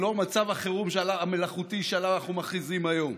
לא מצב החירום המלאכותי שעליו אנחנו מכריזים היום.